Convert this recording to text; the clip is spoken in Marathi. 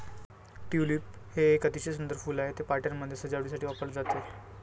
ट्यूलिप एक अतिशय सुंदर फूल आहे, ते पार्ट्यांमध्ये सजावटीसाठी वापरले जाते